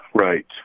right